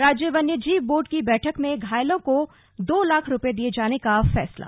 राज्य वन्य जीव बोर्ड की बैठक में घायलों को दो लाख रुपये दिए जाने का फैसला